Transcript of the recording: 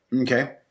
Okay